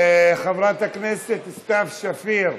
חברת הכנסת סתיו שפיר,